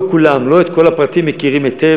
לא כולם מכירים את כל הפרטים היטב.